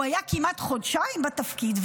הוא היה כמעט חודשיים בתפקיד.